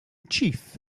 chief